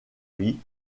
vie